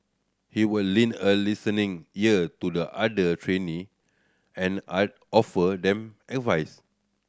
he would lend a listening ear to the other trainee and I offer them advice